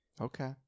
okay